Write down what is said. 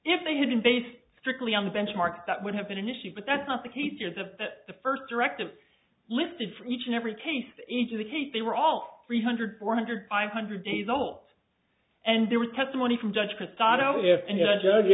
if they hadn't based strictly on the benchmark that would have been an issue but that's not the case here the the first directive listed for each and every case the age of the case they were all three hundred four hundred five hundred days ult and there was testimony from judge